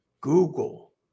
Google